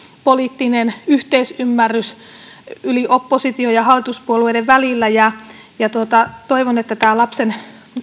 poliittinen yhteisymmärrys oppositio ja hallituspuolueiden välillä toivon että tämä lapsen